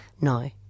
No